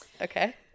Okay